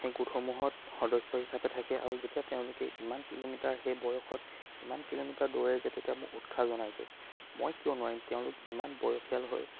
সেই গোটসমূহত সদস্য হিচাপে থাকে আৰু যেতিয়া তেওঁলোকে ইমান কিলোমিটাৰ সেই বয়সত ইমান কিলোমিটাৰ দৌৰে যে তেতিয়া মোক উৎসাহ জনায় যে মই কিয় নোৱাৰিম তেওঁলোক ইমান বয়সিয়াল হৈ